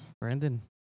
Brandon